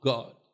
God